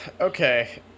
okay